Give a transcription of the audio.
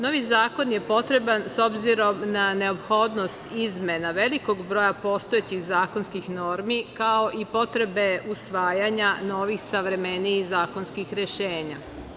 Novi zakon je potreban s obzirom na neophodnost izmena velikog broja postojećih zakonskih normi, kao i potrebe usvajanja novih, savremenijih zakonskih rešenja.